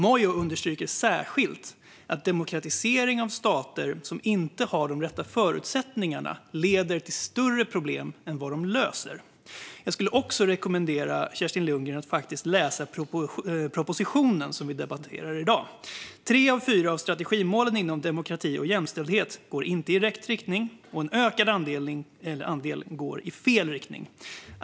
Moyo understryker särskilt att demokratisering av stater som inte har de rätta förutsättningarna leder till större problem än det löser. Jag skulle också rekommendera Kerstin Lundgren att faktiskt läsa den proposition som vi debatterar i dag. Där står att tre av fyra av strategimålen inom demokrati och jämställdhet inte går i rätt riktning och att en ökad andel går i fel riktning.